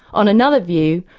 on another view,